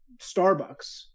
Starbucks